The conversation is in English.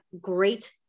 great